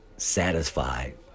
satisfied